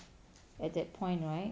at that point right